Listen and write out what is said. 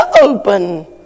open